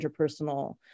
interpersonal